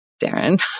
Darren